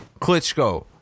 Klitschko